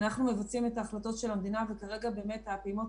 מבצעים את ההחלטות של המדינה וכרגע באמת הפעימות